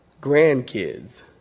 grandkids